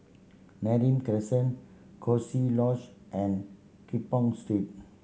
Neram Crescent Coziee Lodge and keep on Street